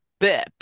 BIP